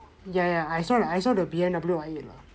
ya ya I saw that I saw the B_M_W I eight lah